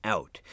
Out